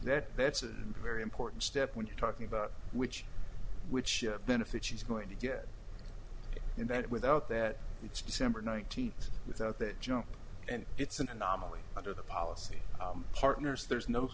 that that's a very important step when you're talking about which which benefits he's going to get into it without that it's december nineteenth without that jump and it's an anomaly under the policy partners there's no